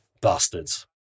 Bastards